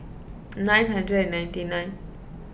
nine hundred ninety nine